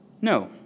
No